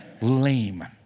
Lame